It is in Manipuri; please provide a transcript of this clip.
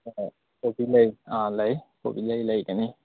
ꯑꯥ ꯀꯣꯕꯤꯂꯩ ꯑꯥ ꯂꯩ ꯀꯣꯕꯤꯂꯩ ꯂꯩꯒꯅꯤ